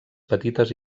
petites